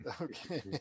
Okay